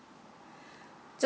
just